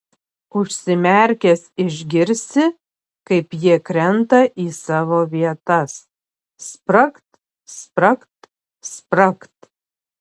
užsimerkęs išgirsi kaip jie krenta į savo vietas spragt spragt spragt